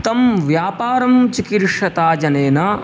तं व्यापारं चिकीर्षता जनेन